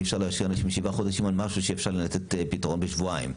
אי אפשר להשאיר אנשים שבעה חודשים על משהו שאפשר לתת פתרון בשבועיים.